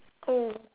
oh